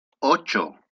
ocho